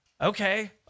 okay